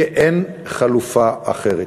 כי אין חלופה אחרת.